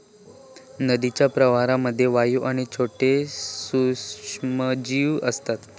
नदीच्या प्रवाहामध्ये वाळू आणि छोटे सूक्ष्मजीव असतत